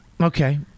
Okay